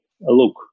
look